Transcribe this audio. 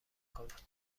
کند